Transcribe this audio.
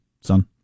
son